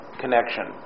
connection